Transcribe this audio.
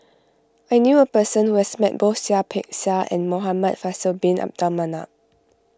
I knew a person who has met both Seah Peck Seah and Muhamad Faisal Bin Abdul Manap